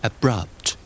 Abrupt